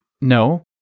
No